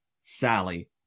Sally